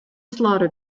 slaughter